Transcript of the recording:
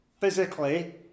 physically